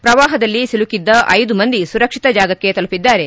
ಶ್ರವಾಹದಲ್ಲಿ ಸಿಲುಕಿದ್ದ ಐದು ಮಂದಿ ಸುರಕ್ಷಿತ ಜಾಗಕ್ಕೆ ತಲುಪಿದ್ದಾರೆ